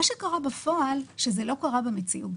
מה שקרה בפועל, שזה לא קרה במציאות.